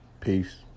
Peace